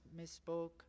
misspoke